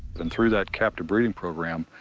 and through that captive breed and program,